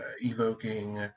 evoking